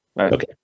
okay